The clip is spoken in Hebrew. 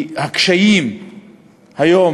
הקשיים היום,